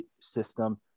system